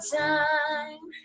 time